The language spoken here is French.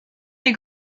les